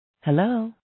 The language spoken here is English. Hello